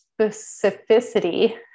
specificity